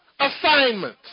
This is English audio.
Assignment